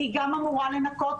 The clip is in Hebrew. היא גם אמורה לנקות,